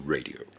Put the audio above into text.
Radio